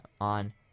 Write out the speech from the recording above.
on